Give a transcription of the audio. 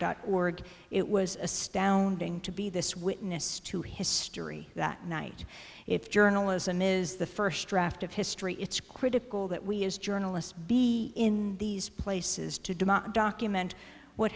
dot org it was a stone going to be this witness to history that night if journalism is the first draft of history it's critical that we as journalists be in these places to demobbed document what